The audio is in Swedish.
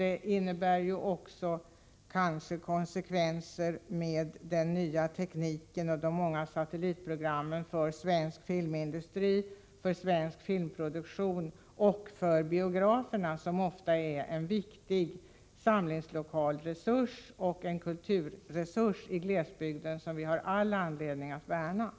Den nya tekniken och de många satellitprogrammen innebär kanske också konsekvenser för svensk filmindustri och filmproduktion samt för biograferna, vilka ofta är en viktig samlingslokalsresurs och kulturresurs i glesbygden och som vi har all anledning att värna om.